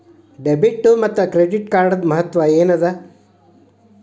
Debit ಮತ್ತ credit ಕಾರ್ಡದ್ ಏನ್ ಮಹತ್ವ ಅದ?